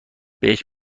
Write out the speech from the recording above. بهش